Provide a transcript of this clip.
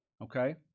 Okay